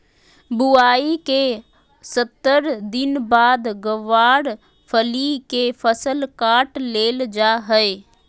बुआई के सत्तर दिन बाद गँवार फली के फसल काट लेल जा हय